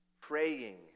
Praying